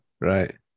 right